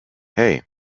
hey